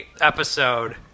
episode